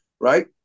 right